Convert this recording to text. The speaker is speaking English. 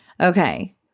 Okay